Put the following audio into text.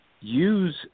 use